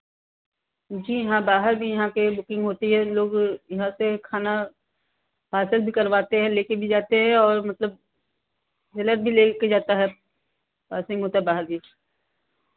जी हाँ बाहर भी यहाँ की बुकिंग होती है लोग यहाँ से खाना पारसल भी करवाते हैं लेकर भी जाते हैं और मतलब भी लेकर जाता है पासिंग होता है बाहर भी